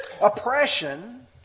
Oppression